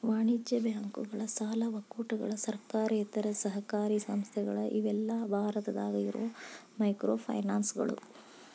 ವಾಣಿಜ್ಯ ಬ್ಯಾಂಕುಗಳ ಸಾಲ ಒಕ್ಕೂಟಗಳ ಸರ್ಕಾರೇತರ ಸಹಕಾರಿ ಸಂಸ್ಥೆಗಳ ಇವೆಲ್ಲಾ ಭಾರತದಾಗ ಇರೋ ಮೈಕ್ರೋಫೈನಾನ್ಸ್ಗಳು